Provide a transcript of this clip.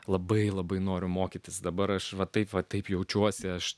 labai labai noriu mokytis dabar aš va taip va taip jaučiuosi aš